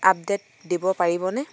update দিব পাৰিবনে